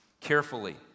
carefully